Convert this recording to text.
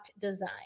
design